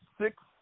six